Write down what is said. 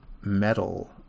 metal